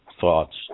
thoughts